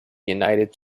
united